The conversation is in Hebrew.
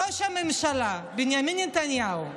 ראש הממשלה בנימין נתניהו,